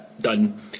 Done